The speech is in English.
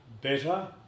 better